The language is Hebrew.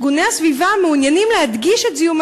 ארגוני הסביבה מעוניינים להדגיש את זיהום